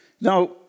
Now